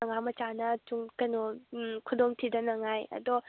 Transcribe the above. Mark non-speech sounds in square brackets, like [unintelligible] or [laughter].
ꯑꯉꯥꯡ ꯃꯆꯥꯅ [unintelligible] ꯀꯩꯅꯣ ꯈꯨꯗꯣꯡ ꯊꯤꯗꯅꯉꯥꯏ ꯑꯗꯣ